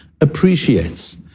appreciates